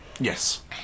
Yes